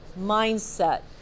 mindset